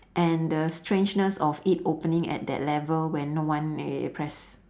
and the strangeness of it opening at that level when no one uh press